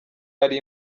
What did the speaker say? ari